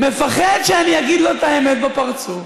מפחד שאני אגיד לו את האמת בפרצוף.